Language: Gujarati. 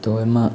તો એમાં